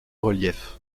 relief